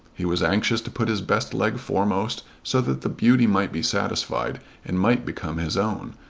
he was anxious to put his best leg foremost so that the beauty might be satisfied and might become his own,